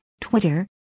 Twitter